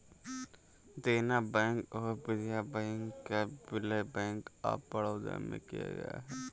देना बैंक और विजया बैंक का विलय बैंक ऑफ बड़ौदा में किया गया है